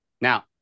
now